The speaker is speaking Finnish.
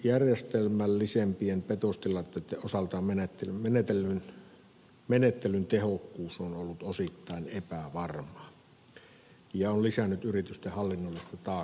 järjestelmällisempien petostilanteitten osalta menettelyn tehokkuus on ollut osittain epävarma ja on lisännyt yritysten hallinnollista taakkaa